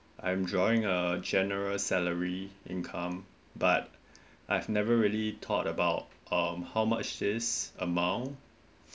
I'm drawing a general salary income but I've never really thought about um how much is amount